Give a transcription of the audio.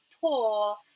poor